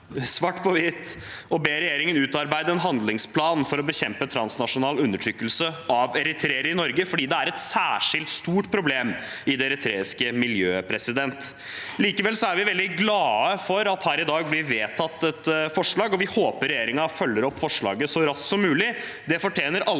å be regjeringen utarbeide en handlingsplan for å bekjempe transnasjonal undertrykkelse av eritreere i Norge, fordi det er et særskilt stort problem i det eritreiske miljøet. Likevel er vi veldig glade for at det her i dag blir vedtatt et forslag, og vi håper regjeringen følger opp forslaget så raskt som mulig.